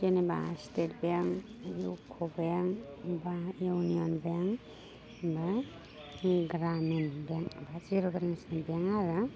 जेनेबा state bank UCO bank माबा union bank ओमफ्राय ग्रामिन बेंक ओमफ्राय जिर' बेलेन्सनि बेंक आरो